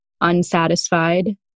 unsatisfied